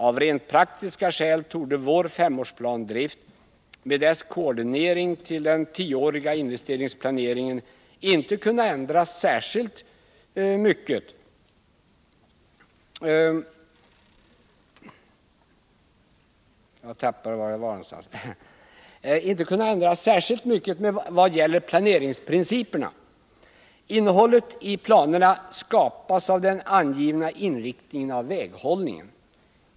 Av rent praktiska skäl torde vår Femårsplan Drift, med dess koordinering till den tioåriga investeringsplaneringen, inte kunna ändras särskilt mycket vad gäller planeringsprinciperna. Innehållet i planerna skapas av den angivna inriktningen av väghållningen.